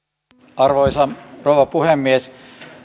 arvoisa rouva puhemies